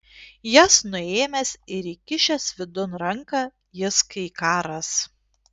jas nuėmęs ir įkišęs vidun ranką jis kai ką ras